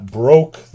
broke